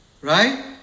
right